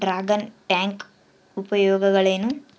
Dragon tank ಉಪಯೋಗಗಳೇನು?